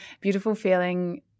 beautiful-feeling